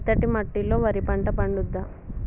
మెత్తటి మట్టిలో వరి పంట పండుద్దా?